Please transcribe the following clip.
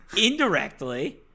Indirectly